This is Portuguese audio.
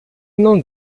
não